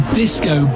disco